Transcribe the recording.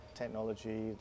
Technology